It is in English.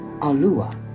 alua